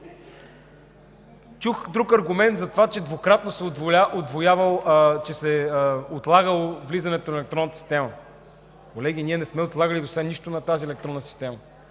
Чух друг аргумент за това, че двукратно се е отлагало влизането на електронната система. Колеги, ние не сме отлагали досега нищо от тази електронна система.